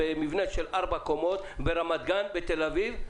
במבנה של ארבה קומות, ברמת גן, בתל אביב,